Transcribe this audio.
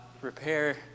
repair